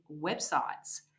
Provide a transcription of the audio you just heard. websites